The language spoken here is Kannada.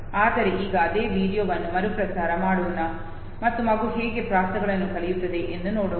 ಆದರೆ ಈಗ ಅದೇ ವಿಡಿಯೋವನ್ನು ಮರುಪ್ರಸಾರ ಮಾಡೋಣ ಮತ್ತು ಮಗು ಹೇಗೆ ಪ್ರಾಸಗಳನ್ನು ಕಲಿಯುತ್ತದೆ ಎಂದು ನೋಡೋಣ